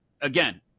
again –